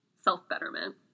self-betterment